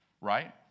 right